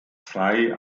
freie